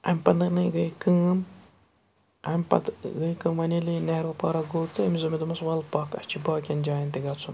اَمہِ پَتہٕ نَے گٔے کٲم اَمہِ پَتہٕ گٔے کٲم وۄنۍ ییٚلہِ یہِ نہروٗ پارَک گوٚو تہٕ أمِس دوٚپ مےٚ دوپمَس وَل پَکھ اَسہِ چھُ باقٕیَن جایَن تہِ گژھُن